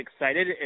excited